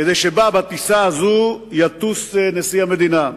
כדי שבטיסה הזאת יטוס נשיא המדינה.